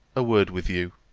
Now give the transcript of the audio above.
a word with you,